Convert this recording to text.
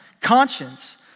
Conscience